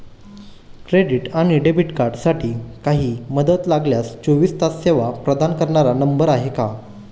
Credit आणि debit कार्डसाठी काही मदत लागल्यास चोवीस तास सेवा प्रदान करणारा नंबर आहे का?